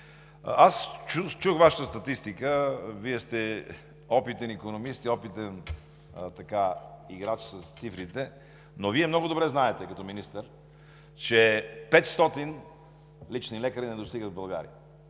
Чух Вашата статистика. Вие сте опитен икономист и опитен играч с цифрите, но много добре знаете като министър, че 500 лични лекари не достигат в България.